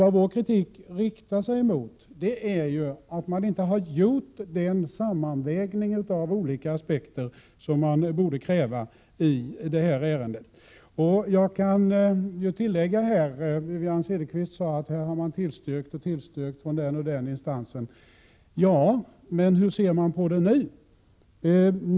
Vad vår kritik riktar sig mot är ju att man inte har gjort den sammanvägning av olika aspekter som det finns skäl att kräva i det här ärendet. Wivi-Anne Cederqvist sade att den och den instansen har tillstyrkt. Ja, men hur ser de på det nu?